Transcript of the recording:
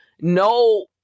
No